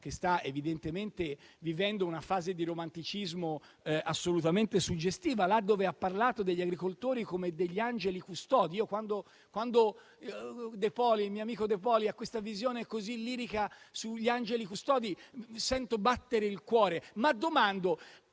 vivendo una fase di romanticismo assolutamente suggestiva, laddove ha parlato degli agricoltori come degli angeli custodi. Quando il mio amico De Poli ha questa visione così lirica sugli angeli custodi, io sento battere il cuore. Ma scendiamo